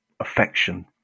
affection